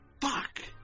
Fuck